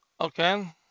okay